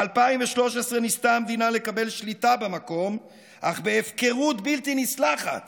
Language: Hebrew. ב-2013 ניסתה המדינה לקבל שליטה במקום אך בהפקרות בלתי נסלחת